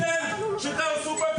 אנחנו לא ניתן שתהרסו פה את הדמוקרטיה.